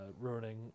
Ruining